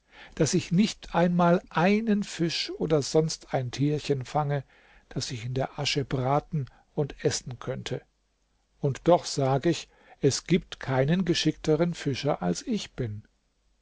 daß ich nicht einmal einen fisch oder sonst ein tierchen fange das ich in der asche braten und essen könnte und doch sag ich es gibt keinen geschickteren fischer als ich bin